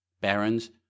barons